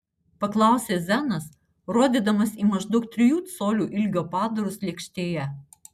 paklausė zenas rodydamas į maždaug trijų colių ilgio padarus lėkštėje